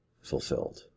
fulfilled